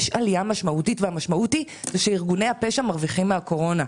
המשמעות היא שארגוני הפשע מרוויחים מהקורונה.